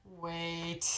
Wait